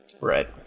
Right